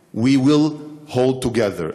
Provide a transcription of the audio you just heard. אנחנו רוצים שתדגיש את החיבור החזק בין ארצות הברית לישראל,